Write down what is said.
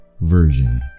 Version